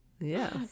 Yes